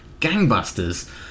gangbusters